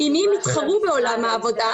עם מי הם יתחרו בעולם העבודה,